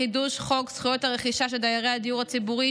חידוש חוק זכויות הרכישה של דיירי הדיור הציבורי,